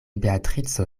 beatrico